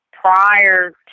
Prior